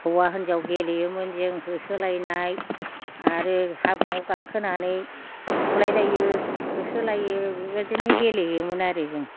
हौवा हिनजाव गेलेयोमोन जों होसोलायनाय आरो हागुङाव गाखोनानै बुलायलाययो होसोलाययो बेबायदिनो गेलेयोमोन आरो जों